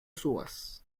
subas